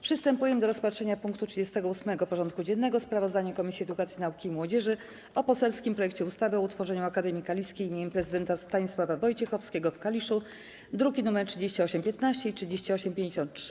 Przystępujemy do rozpatrzenia punktu 38. porządku dziennego: Sprawozdanie Komisji Edukacji, Nauki i Młodzieży o poselskim projekcie ustawy o utworzeniu Akademii Kaliskiej im. Prezydenta Stanisława Wojciechowskiego w Kaliszu (druki nr 3815 i 3853)